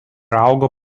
augo